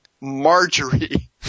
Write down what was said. Marjorie